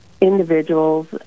individuals